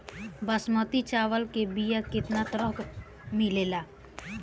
बासमती चावल के बीया केतना तरह के मिलेला?